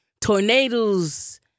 tornadoes